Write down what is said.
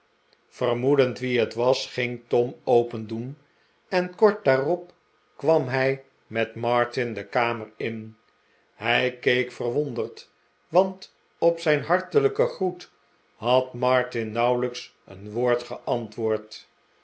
yermoedend wie het was ging tom opendoen en kort daarop kwam hij met martin de kamer in hij keek verwonderd want op zijn hartelijken groet had martin nauwelijks een woord geantwoord